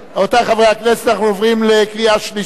רבותי חברי הכנסת, אנחנו עוברים לקריאה שלישית.